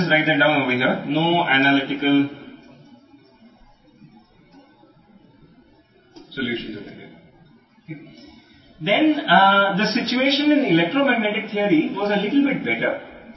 కాబట్టి ఇక్కడ మనకు విశ్లేషణాత్మక పరిష్కారాలు తెలుసని వ్రాద్దాం ఆపై పరిస్థితి మరియు ఎలక్ట్రోమాగ్నెటిక్ సిద్ధాంతం కొంచెం మెరుగ్గా ఉంది